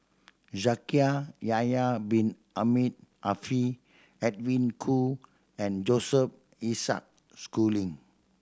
Shaikh Yahya Bin Ahmed Afifi Edwin Koo and Joseph Isaac Schooling